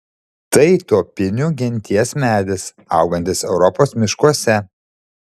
tai tuopinių genties medis augantis europos miškuose